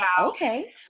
okay